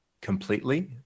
completely